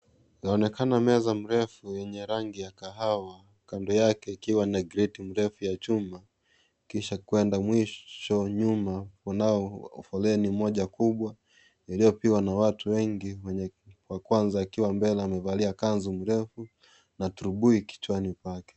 Yaonekana meza mrefu yenye rangi ya kahawa kando yako ikiwa na creti mrefu ya chuma kisha kwenda mwisho nyuma kunayo foleni moja kubwa iliyopigwa na watu wengi wenye wa kwanza akiwa amevalia kanzu ndefu na thurubui kichwani pake.